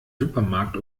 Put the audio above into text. supermarkt